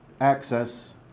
access